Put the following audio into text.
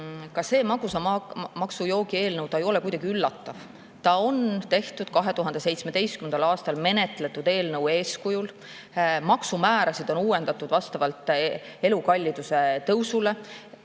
see magusa joogi maksu [seaduse] eelnõu ei ole kuidagi üllatav. See on tehtud 2017. aastal menetletud eelnõu eeskujul, maksumäärasid on uuendatud vastavalt elukalliduse tõusule.